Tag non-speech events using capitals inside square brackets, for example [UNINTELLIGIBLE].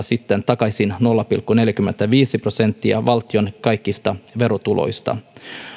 [UNINTELLIGIBLE] sitten takaisin nolla pilkku neljäkymmentäviisi prosenttia valtion kaikista verotuloista